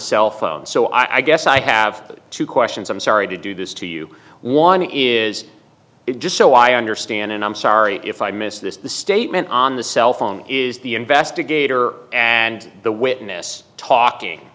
cell phone so i guess i have two questions i'm sorry to do this to you one is it just so i understand and i'm sorry if i missed this the statement on the cell phone is the investigator and the witness talking